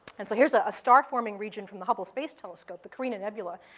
and so here's a star-forming region from the hubble space telescope, the carina nebula,